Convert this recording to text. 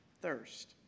thirst